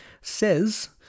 says